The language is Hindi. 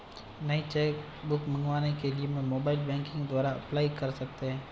नई चेक बुक मंगवाने के लिए हम मोबाइल बैंकिंग द्वारा भी अप्लाई कर सकते है